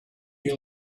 you